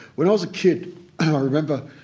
when i was a kid i remember,